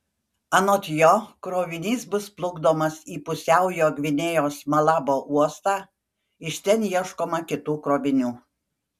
anot jo krovinys bus plukdomas į pusiaujo gvinėjos malabo uostą iš ten ieškoma kitų krovinių